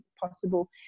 possible